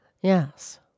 Yes